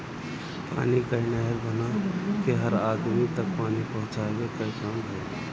पानी कअ नहर बना के हर अदमी तक पानी पहुंचावे कअ काम भइल